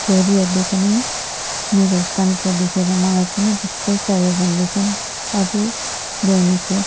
छोरीहरूले पनि मेरो कानको देखेर मलाई पनि त्यस्तै चाहियो भन्दै छन् अझ ल्याउने छु